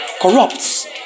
corrupts